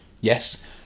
yes